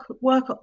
work